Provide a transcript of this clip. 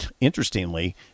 interestingly